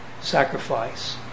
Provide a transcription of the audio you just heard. sacrifice